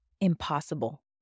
Impossible